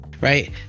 right